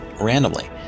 randomly